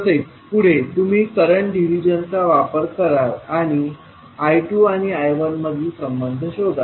तसेच पुढे तुम्ही करंट डिव्हिजन चा वापर कराल आणि I2आणि I1 मधील संबंध शोधाल